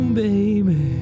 baby